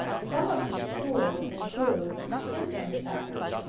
some of these tools include symptom checker,